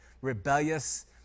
rebellious